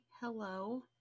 hello